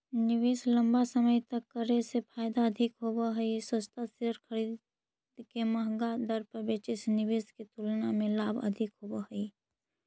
निवेश लंबा समय तक करे से फायदा अधिक होव हई, सस्ता शेयर खरीद के महंगा दर पर बेचे से निवेश के तुलना में लाभ अधिक होव हई